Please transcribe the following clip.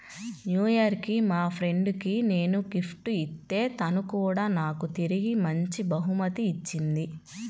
new year కి మా friend కి నేను గిఫ్ట్ ఇత్తే తను కూడా నాకు తిరిగి మంచి బహుమతి ఇచ్చింది